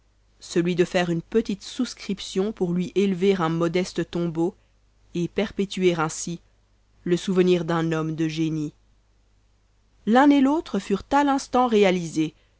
celui de faire une petite souscription pour lui élever un modeste tombeau et perpétuer ainsi le souvenir d'un homme de génie l'un et l'autre furent à l'instant réalisés